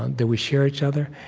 and that we share each other,